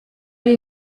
ari